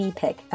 pick